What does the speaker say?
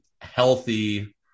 healthy